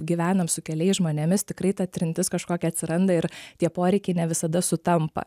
gyvenam su keliais žmonėmis tikrai ta trintis kažkokia atsiranda ir tie poreikiai ne visada sutampa